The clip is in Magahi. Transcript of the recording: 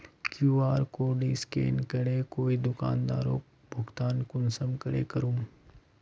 कियु.आर कोड स्कैन करे कोई दुकानदारोक भुगतान कुंसम करे करूम?